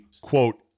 quote